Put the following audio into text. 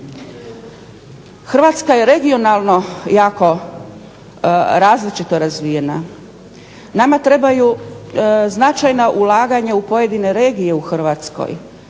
Hrvatska je regionalno jako različito razvijena. Nama trebaju značajna ulaganja u pojedine regije u Hrvatskoj.